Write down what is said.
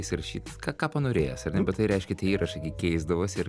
įsirašyt ką ką panorėjęs ar ne bet tai reiškia tie įrašai keisdavosi ir